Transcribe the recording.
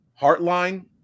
Heartline